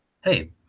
Hey